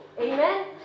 Amen